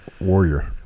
Warrior